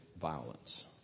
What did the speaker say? violence